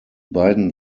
beiden